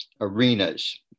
Arenas